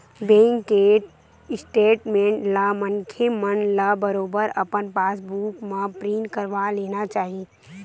bank के statement ला मनखे मन ल बरोबर अपन पास बुक म प्रिंट करवा लेना ही चाही